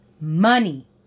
money